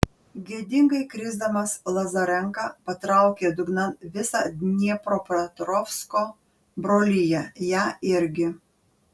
gėdingai krisdamas lazarenka patraukė dugnan visą dniepropetrovsko broliją ją irgi